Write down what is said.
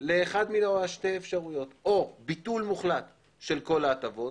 לאחת משתי האפשרויות: או ביטול מוחלט של כל ההטבות,